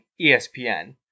ESPN